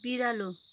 बिरालो